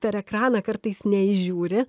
per ekraną kartais neįžiūri